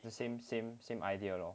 the same same same idea lor